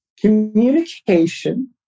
communication